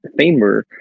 Famer